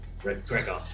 Gregor